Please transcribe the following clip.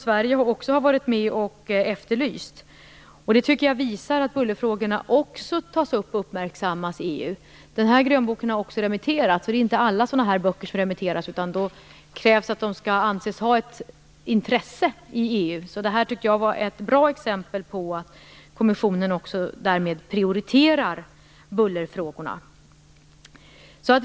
Sverige har också varit med och efterlyst en sådan bok. Det här visar att bullerfrågorna tas upp och uppmärksammas också i EU. Grönboken har också remitterats, och det gör inte alla sådana här böcker. För det krävs att de skall anses ha ett intresse i EU. Detta tycker jag är ett bra exempel på att kommissionen prioriterar bullerfrågorna.